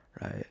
right